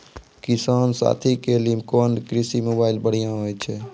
किसान साथी के लिए कोन कृषि मोबाइल बढ़िया होय छै?